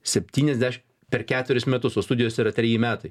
septyniasdešim per keturis metus o studijos yra treji metai